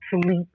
sleep